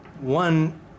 one